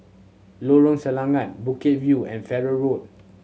Lorong Selangat Bukit View and Farrer Road